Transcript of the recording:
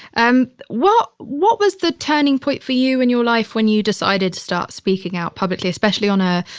and what, what was the turning point for you in your life when you decided to start speaking out publicly, especially on a,